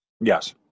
Yes